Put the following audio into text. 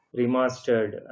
remastered